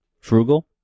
Frugal